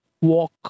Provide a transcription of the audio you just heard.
walk